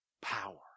power